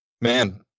man